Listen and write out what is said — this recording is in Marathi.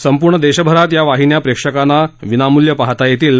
संपूर्ण देशभरात या वाहिन्या प्रेक्षकांना मोफत पाहता येतील